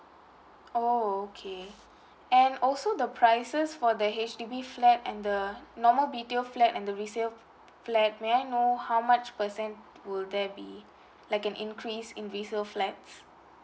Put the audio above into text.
oh okay and also the prices for the H_D_B flat and the normal B_T_O flat and the resale flat may I know how much percent would there be like an increase in resale flats